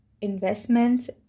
investments